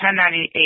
1098